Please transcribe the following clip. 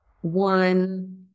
One